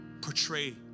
portray